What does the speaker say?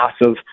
massive